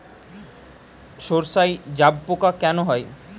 সর্ষায় জাবপোকা কেন হয়?